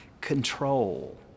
control